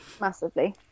massively